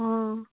অঁ